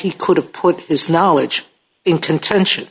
he could have put his knowledge into intention